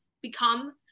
become